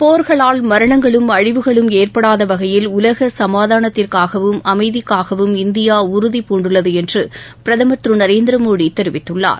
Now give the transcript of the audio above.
போர்களால் மரணங்களும் அழிவுகளும் ஏற்படாத வகையில் உலக சுமாதானத்திற்காகவும் அமைதிக்காகவும் இந்தியா உறுதி பூண்டுள்ளது என்று பிரதமர் திரு நரேந்திரமோடி தெரிவித்துள்ளார்